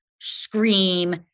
scream